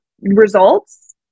results